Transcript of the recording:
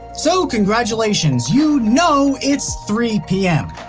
so, congratulations, you know it's three pm.